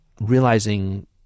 realizing